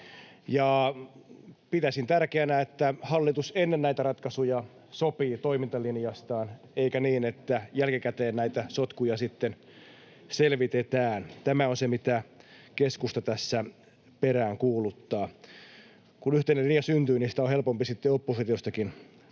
Pitäisin tärkeänä, että hallitus ennen näitä ratkaisuja sopii toimintalinjastaan, eikä niin, että jälkikäteen näitä sotkuja sitten selvitetään. Tämä on se, mitä keskusta tässä peräänkuuluttaa. Kun yhteinen linja syntyy, niin sitä on helpompi sitten oppositiostakin tukea.